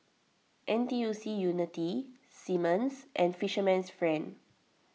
N T U C Unity Simmons and Fisherman's Friend